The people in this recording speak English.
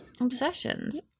Obsessions